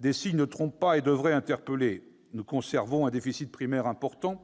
Les signes ne trompent pas et ils devraient interpeller. Nous conservons un déficit primaire important.